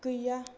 गैया